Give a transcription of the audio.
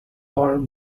all